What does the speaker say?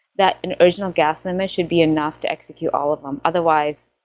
that and original gas limit should be enough to execute all of them, otherwise